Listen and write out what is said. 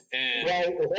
Right